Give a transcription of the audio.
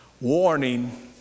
Warning